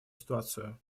ситуацию